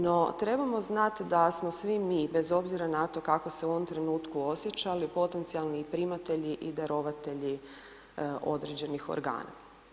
No, trebamo znat da smo svi mi, bez obzira na to kako se u ovom trenutku osjećali, potencijalni primatelji i darovatelji određenih organa.